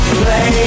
play